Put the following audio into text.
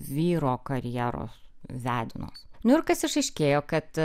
vyro karjeros vedinos nu ir kas išaiškėjo kad